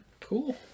Cool